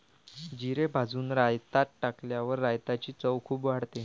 जिरे भाजून रायतात टाकल्यावर रायताची चव खूप वाढते